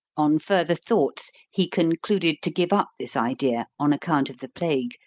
on further thoughts he concluded to give up this idea, on account of the plague,